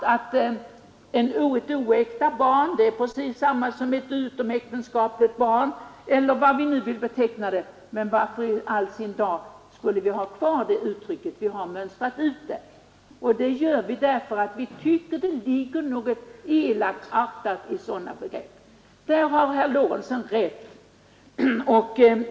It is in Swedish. d 4 Språkbruket oäkta barn är precis samma sak som ett utomäktenskapligt barn, eller hur vi nu vill beteckna det. Men varför i all sin dar skulle vi ha kvar det uttrycket, vi har mönstrat ut det. Det gör vi för att vi tycker att det ligger något elakartat i sådana begrepp. Där har herr Lorentzon rätt.